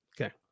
Okay